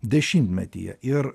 dešimtmetyje ir